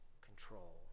control